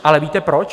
Ale víte proč?